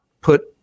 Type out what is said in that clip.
put